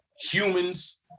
humans